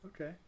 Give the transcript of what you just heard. okay